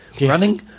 Running